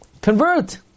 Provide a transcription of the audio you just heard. Convert